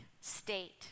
state